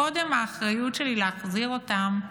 קודם האחריות שלי להחזיר אותם,